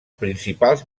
principals